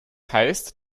heißt